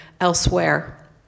elsewhere